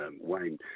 Wayne